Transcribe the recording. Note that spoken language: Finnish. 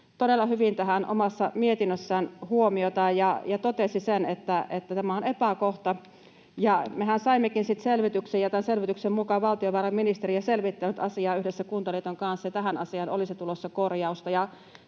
todella hyvin tähän omassa mietinnössään huomiota ja totesi sen, että tämä on epäkohta, ja mehän saimmekin sitten selvityksen, ja tämän selvityksen mukaan valtiovarainministeriö selvittää nyt asiaa yhdessä Kuntaliiton kanssa ja tähän asiaan olisi tulossa korjausta.